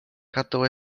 kato